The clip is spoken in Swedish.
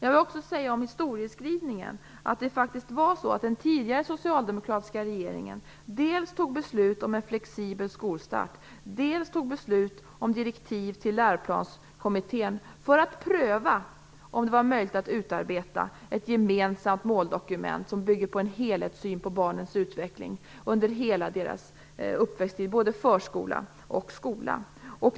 När det gäller historieskrivningen var det faktiskt den tidigare socialdemokratiska regeringen som dels fattade beslut om en flexibel skolstart, dels fattade beslut om direktiv till läroplanskommittén att pröva om det var möjligt att utarbeta ett gemensamt måldokument som bygger på en helhetssyn på barnens utveckling under hela deras uppväxttid både i förskola och i skola.